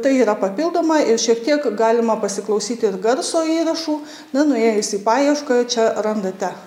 tai yra papildoma ir šiek tiek galima pasiklausyti ir garso įrašų na nuėjus į paiešką čia randate